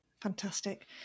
fantastic